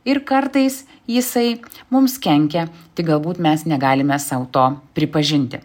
ir kartais jisai mums kenkia tik galbūt mes negalime sau to pripažinti